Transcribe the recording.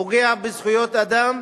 פוגע בזכויות אדם,